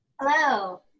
hello